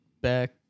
back